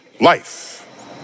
life